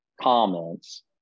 comments